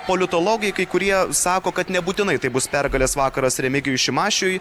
politologai kai kurie sako kad nebūtinai tai bus pergalės vakaras remigijui šimašiui